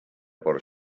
por